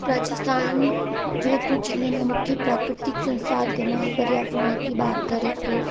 राजस्थान जोधपुर जिले में मुख्य प्राकृतिक संसाधन और पर्यावरण की बात करें तो